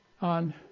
on